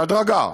בהדרגה.